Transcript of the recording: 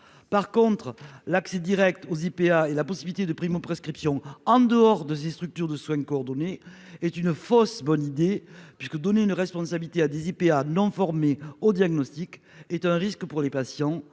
par contre l'accès Direct aux IPA et la possibilité de primo-prescription en dehors de ces structures de soins coordonnés est une fausse bonne idée puisque donner une responsabilité à 10 IPA non formés au diagnostic est un risque pour les patients